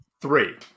Three